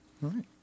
right